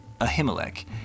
Ahimelech